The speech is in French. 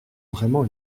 vraiment